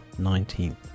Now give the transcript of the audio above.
19th